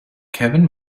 kevin